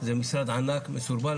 זה משרד ענק, מסורבל.